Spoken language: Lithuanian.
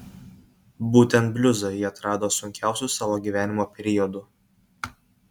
būtent bliuzą ji atrado sunkiausiu savo gyvenimo periodu